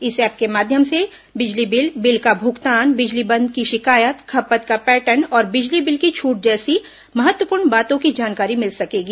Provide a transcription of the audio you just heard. इस ऐप के माध्यम से बिजली बिल बिल का भुगतान बिजली बंद की शिकायत खपत का पैटर्न और बिजली बिल की छूट जैसी महत्वपूर्ण बातों की जानकारी मिल सकेगी